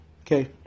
Okay